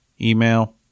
email